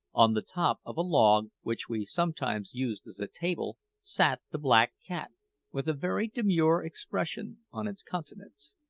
on the top of a log which we sometimes used as a table sat the black cat with a very demure expression on its countenance,